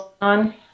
on